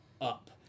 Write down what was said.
up